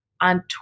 on